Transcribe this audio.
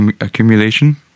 Accumulation